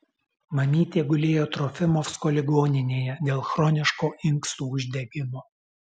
mamytė gulėjo trofimovsko ligoninėje dėl chroniško inkstų uždegimo